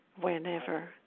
whenever